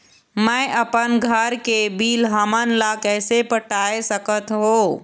मैं अपन घर के बिल हमन ला कैसे पटाए सकत हो?